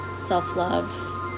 self-love